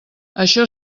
això